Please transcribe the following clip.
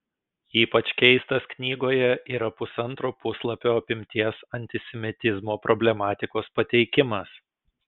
ypač keistas knygoje yra pusantro puslapio apimties antisemitizmo problematikos pateikimas